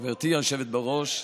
היושבת בראש,